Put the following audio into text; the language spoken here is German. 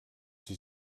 sie